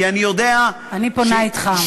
אני פונה אתך,